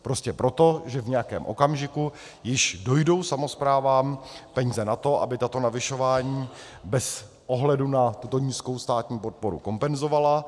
Prostě proto, že v nějakém okamžiku již dojdou samosprávám peníze na to, aby tato navyšování bez ohledu na tuto nízkou státní podporu kompenzovaly.